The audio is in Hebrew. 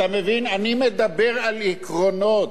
אתה מבין, אני מדבר על עקרונות,